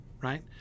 right